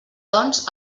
doncs